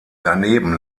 daneben